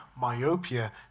myopia